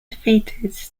defeated